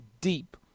deep